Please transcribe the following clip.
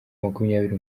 makumyabiri